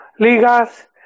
Ligas